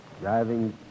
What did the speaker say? Driving